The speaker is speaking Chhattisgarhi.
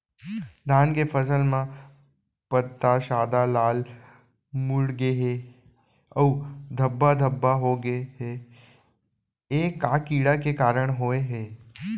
धान के फसल म पत्ता सादा, लाल, मुड़ गे हे अऊ धब्बा धब्बा होगे हे, ए का कीड़ा के कारण होय हे?